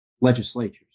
legislatures